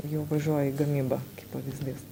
jau važiuoja į gamybą kaip pavyzdys